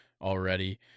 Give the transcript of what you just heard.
already